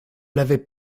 l’avaient